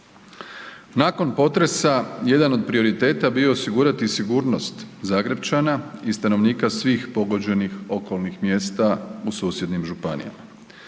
Nakon potresa jedan od prioriteta bio je osigurati sigurnost Zagrepčana i stanovnika svih pogođenih okolnih mjesta u susjednim županijama.